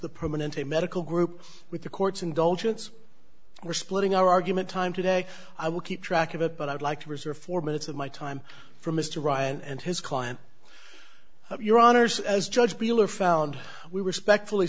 the permanente medical group with the court's indulgence we're splitting our argument time today i will keep track of it but i'd like to reserve four minutes of my time for mr ryan and his client your honour's as judge bill or found we were spectrally